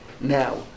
Now